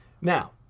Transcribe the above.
Now